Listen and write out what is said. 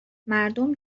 مردم